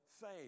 faith